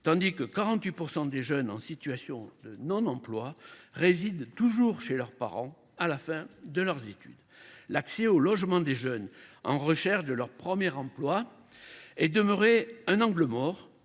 tandis que 48 % des jeunes en situation de non emploi résident toujours chez leurs parents cinq ans après la fin de leurs études ». L’accès au logement des jeunes à la recherche de leur premier emploi demeure un angle mort